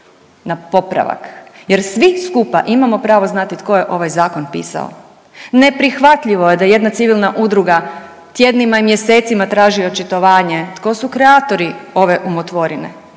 na popravak jer svi skupa imamo pravo znati tko je ovaj zakon pisao. Neprihvatljivo je da jedna civilna udruga tjednima i mjesecima traži očitovanje tko su kreatori ove umotvorine